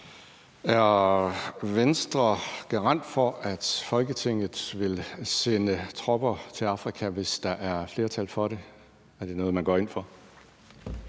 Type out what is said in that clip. Er Venstre garant for, at Folketinget vil sende tropper til Afrika, hvis der er flertal for det? Er det noget, man går ind for?